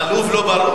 מה, לוב לא ברור?